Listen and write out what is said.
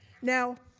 now,